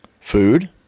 food